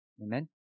Amen